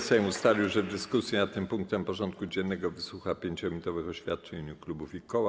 Sejm ustalił, że w dyskusji nad tym punktem porządku dziennego wysłucha 5-minutowych oświadczeń w imieniu klubów i koła.